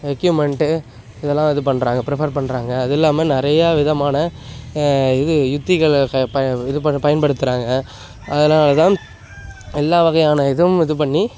equipment இதெல்லாம் இது பண்ணுறாங்க ப்ரிஃபர் பண்ணுறாங்க அது இல்லாமல் நிறைய விதமான இது யுக்திகளை ப ப இது பண் பயன்படுத்துறாங்க அதனால் தான் எல்லா வகையான இதுவும் இது பண்ணி